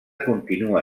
continua